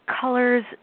colors